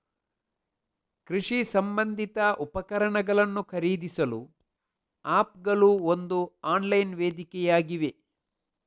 ಕೃಷಿ ಸಂಬಂಧಿತ ಉಪಕರಣಗಳನ್ನು ಖರೀದಿಸಲು ಆಪ್ ಗಳು ಒಂದು ಆನ್ಲೈನ್ ವೇದಿಕೆಯಾಗಿವೆ